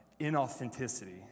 inauthenticity